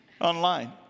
online